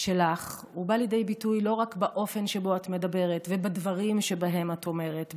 שלך בא לידי ביטוי לא רק באופן שבו את מדברת ובדברים שאת אומרת,